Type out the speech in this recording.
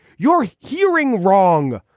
you're hearing wrong.